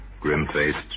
Grim-faced